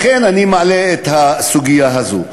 לכן אני מעלה את הסוגיה הזאת.